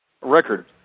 record